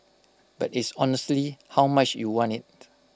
but it's honestly how much you want IT